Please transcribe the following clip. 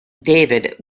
david